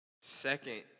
Second